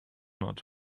not